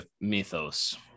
mythos